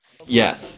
Yes